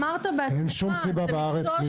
אין שום סיבה להמציא את הגלגל בארץ.